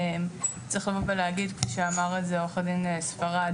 צריך לבוא ולהגיד כפי שאמר את זה עו"ד ספרד,